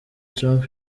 trump